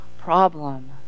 problem